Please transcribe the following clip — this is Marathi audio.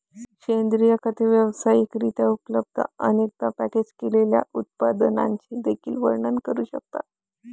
सेंद्रिय खते व्यावसायिक रित्या उपलब्ध, अनेकदा पॅकेज केलेल्या उत्पादनांचे देखील वर्णन करू शकतात